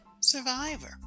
survivor